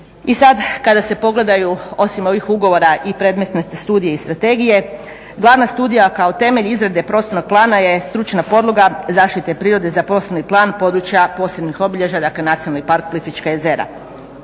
i sad kada se pogledaju osim ovih ugovora i predmetne studije i strategije glavna studija kao temelj izrade prostornog plana je stručna podloga zaštite prirode za prostorni plan područja posebnih obilježja, dakle Nacionalni park Plitvička jezera